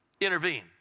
intervene